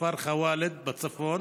בכפר ח'וואלד בצפון